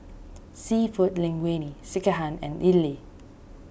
Seafood Linguine Sekihan and Idili